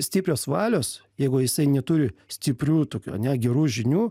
stiprios valios jeigu jisai neturi stiprių tokių ane gerų žinių